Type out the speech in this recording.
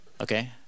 Okay